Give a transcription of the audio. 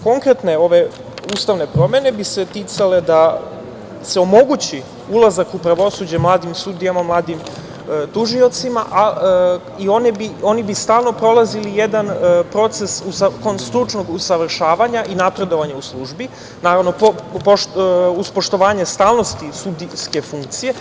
Konkretne ove ustavne promene bi se ticale da se omogući ulazak u pravosuđe mladim sudijama, mladim tužiocima i oni bi stalno prolazili jedan proces stručnog usavršavanja i napredovanja u službi, naravno, uz poštovanje stalnosti sudijske funkcije.